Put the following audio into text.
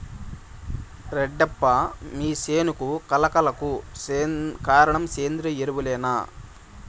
రెడ్డప్ప మీ సేను కళ కళకు కారణం సేంద్రీయ ఎరువులేనా